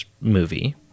movie